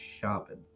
shopping